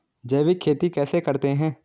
जैविक खेती कैसे करते हैं?